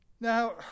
Now